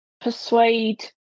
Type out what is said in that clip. persuade